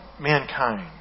mankind